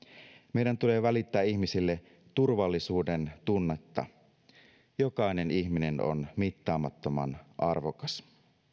meidän tulee välittää ihmisille turvallisuudentunnetta jokainen ihminen on mittaamattoman arvokas